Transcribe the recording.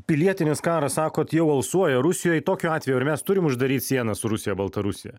pilietinis karas sakot jau alsuoja rusijoje tokiu atveju ir mes turime uždaryti sienas rusiją baltarusiją